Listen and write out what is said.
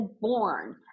born